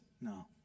no